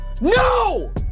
no